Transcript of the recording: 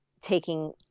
taking